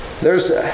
theres